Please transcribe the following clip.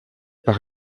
par